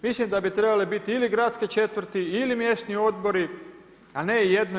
Mislim da bi trebale biti ili gradske četvrti ili mjesni odbori a ne i drugo.